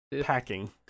packing